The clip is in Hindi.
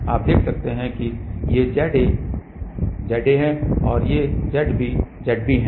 आप देख सकते हैं कि ये Za Za हैं और ये Zb Zb हैं